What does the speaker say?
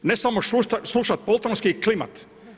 Ne samo slušati poltronski i klimati.